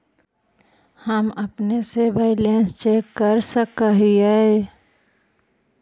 हम अपने से बैलेंस चेक कर सक हिए?